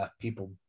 people